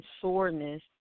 soreness